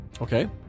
Okay